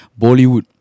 Bollywood